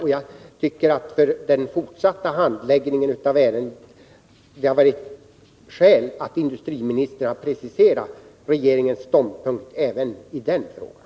Jag tycker att den fortsatta handläggningen av ärendet kräver att industriministern preciserar regeringens ståndpunkt även i den frågan.